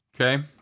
Okay